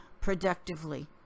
productively